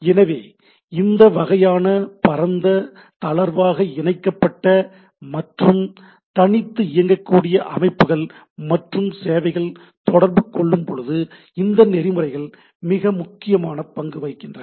எனவே இந்த வகையான பரந்த தளர்வாக இணைக்கப்பட்ட மற்றும் தனித்து இயங்கக்கூடிய அமைப்புகள் மற்றும் சேவைகள் தொடர்பு கொள்ளும்போது இந்த நெறிமுறைகள் மிக முக்கியமான பங்கு வகிக்கின்றன